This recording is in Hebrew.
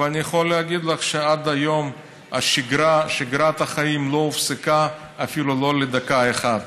ואני יכול להגיד לך שעד היום שגרת החיים לא הופסקה אפילו לא לדקה אחת.